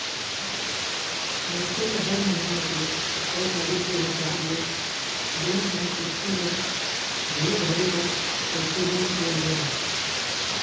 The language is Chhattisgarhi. मनखे ल हर महिना के तय तारीख के हिसाब ले बेंक म किस्ती ल घलो भरे बर परथे लोन के लेय म